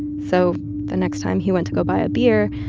so the next time, he went to go buy a beer,